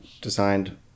designed